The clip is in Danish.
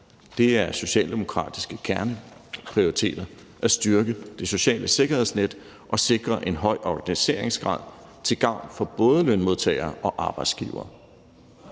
Det er socialdemokratiske kerneprioriteter at styrke det sociale sikkerhedsnet og sikre en høj organiseringsgrad til gavn for både lønmodtagere og arbejdsgivere.